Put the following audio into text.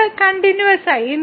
ഇത് കണ്ടിന്യൂവസ്സായി